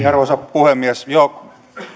arvoisa puhemies joo